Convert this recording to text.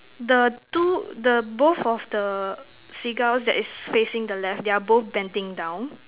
the two the both of the seagulls that is facing the left they are both bending down